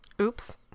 oops